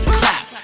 clap